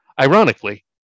Ironically